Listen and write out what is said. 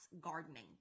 gardening